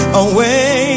away